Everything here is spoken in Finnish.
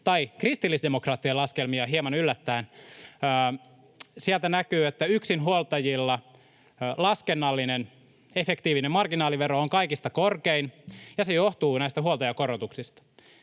tai kristillisdemokraattien laskelmia: hieman yllättäen sieltä näkyy, että yksinhuoltajilla laskennallinen efektiivinen marginaalivero on kaikista korkein, ja se johtuu näistä huoltajakorotuksista.